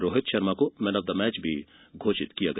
रोहित शर्मा को man of the match घोषित किया गया